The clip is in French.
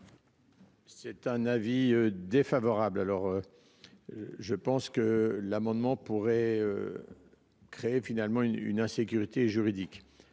C'est un avis défavorable, alors. Je pense que l'amendement pourrait. Créer finalement une une insécurité juridique